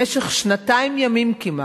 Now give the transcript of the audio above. במשך שנתיים ימים כמעט,